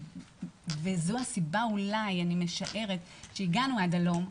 וזאת הסיבה אולי שהגענו עד הלום,